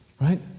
Right